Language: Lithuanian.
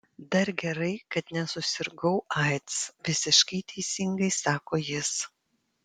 dar gerai kad nesusirgau aids visiškai teisingai sako jis